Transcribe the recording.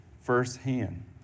firsthand